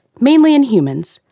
mainly in humans,